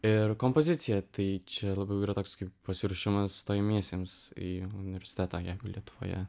ir kompoziciją tai čia yra toks kaip pasiruošimas stojamiesiems į universitetą jeigu lietuvoje